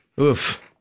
Oof